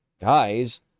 guys